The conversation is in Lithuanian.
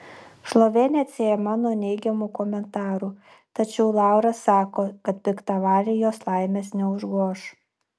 šlovė neatsiejama nuo neigiamų komentarų tačiau laura sako kad piktavaliai jos laimės neužgoš